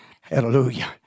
Hallelujah